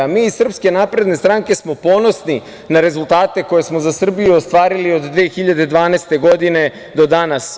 A mi iz SNS smo ponosni na rezultate koje smo za Srbiju ostvarili od 2012. godine do danas.